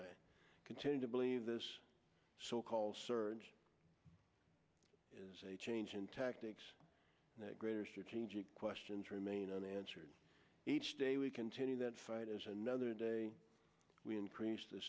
i continue to believe this surge is a change in tactics that greater strategic questions remain unanswered each day we continue that fight as another day we increase the